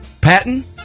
Patton